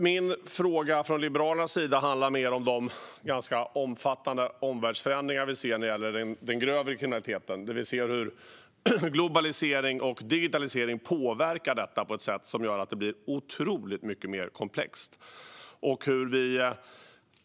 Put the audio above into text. Min fråga från Liberalernas sida handlar mer om de omfattande omvärldsförändringar vi ser när det gäller den grövre kriminaliteten. Vi ser hur globalisering och digitalisering påverkar så att allt blir så otroligt mycket mer komplext.